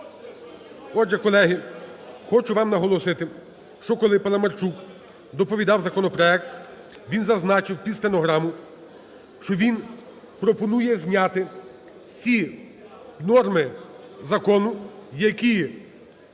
Отже, колеги, хочу вам наголосити, що, коли Паламарчук доповідав законопроект, він зазначив під стенограму, що він пропонує зняти всі норми закону, які врегульовують